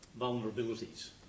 vulnerabilities